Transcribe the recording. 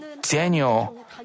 Daniel